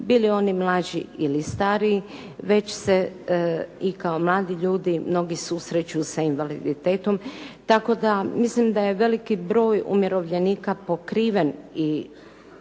bilo oni mlađi ili stariji već se i kao mladi ljudi, mnogi susreću sa invaliditetom. Tako da mislim da je veliki broj umirovljenika pokriven i